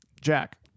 Jack